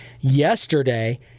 yesterday